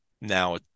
Now